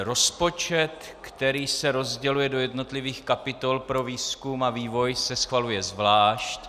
Rozpočet, který se rozděluje do jednotlivých kapitol pro výzkum a vývoj, se schvaluje zvlášť.